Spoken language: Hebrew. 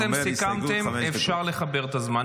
אם אתם הסכמתם, אפשר לחבר את הזמן.